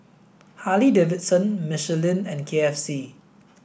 Harley Davidson Michelin and K F C